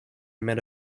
met